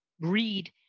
read